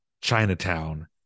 Chinatown